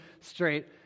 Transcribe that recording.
straight